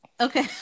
Okay